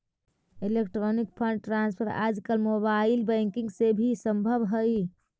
electronic fund transfer आजकल mobile banking से भी संभव हइ